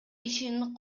ишинин